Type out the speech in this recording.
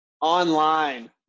online